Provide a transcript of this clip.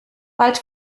bald